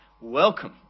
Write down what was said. welcome